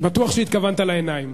בטוח שהתכוונת לעיניים.